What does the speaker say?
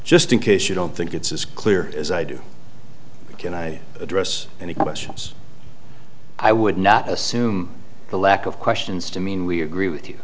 just in case you don't think it's as clear as i do can i address any questions i would not assume the lack of questions to mean we agree with you